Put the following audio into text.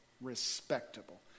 respectable